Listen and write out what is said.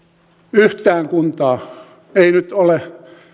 yhtään kuntaa ei nyt ole